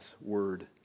Word